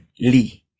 Lee